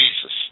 Jesus